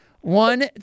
One